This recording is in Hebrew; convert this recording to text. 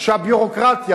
שהביורוקרטיה,